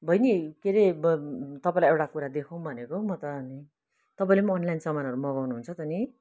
बहिनी के अरे तपाईँलाई एउटा कुरा देखाउँ भनेको हौ म त तपाईँले पनि अनलाइन सामानहरू मगाउनु हुन्छ त नि